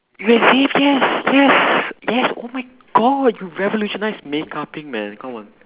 you have saved yes yes yes oh my god you revolutionised makeupping man come on